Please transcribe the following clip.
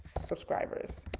subscribers.